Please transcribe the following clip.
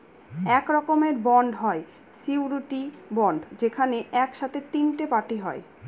এক রকমের বন্ড হয় সিওরীটি বন্ড যেখানে এক সাথে তিনটে পার্টি হয়